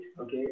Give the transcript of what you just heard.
Okay